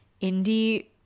indie